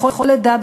בכל עדה,